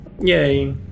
Yay